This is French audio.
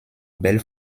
belles